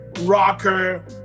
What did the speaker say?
rocker